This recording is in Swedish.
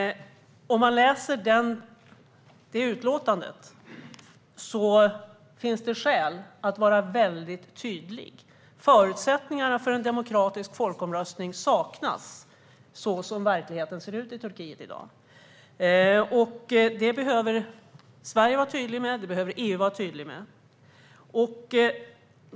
Efter att ha läst utlåtandet finns det skäl att vara tydlig. Förutsättningarna för en demokratisk folkomröstning saknas, så som verkligheten ser ut i Turkiet i dag. Det behöver Sverige och EU vara tydliga med.